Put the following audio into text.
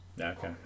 Okay